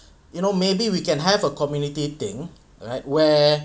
you know maybe we can have a community thing alright where